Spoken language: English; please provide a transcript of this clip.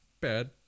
bad